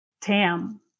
Tam